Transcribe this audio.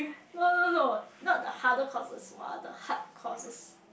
no no no not the hardest courses but the hard courses